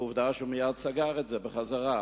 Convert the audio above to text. ועובדה שהוא מייד סגר אותו בחזרה.